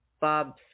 Bob